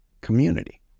community